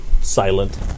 silent